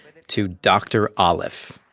to dr. ah alif.